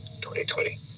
2020